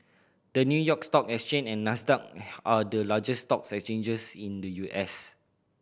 the New York Stock Exchange and Nasdaq are the largest stock exchanges in the U S